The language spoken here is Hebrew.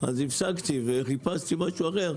אז הפסקתי וחיפשתי משהו אחר,